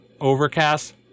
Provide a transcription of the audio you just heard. Overcast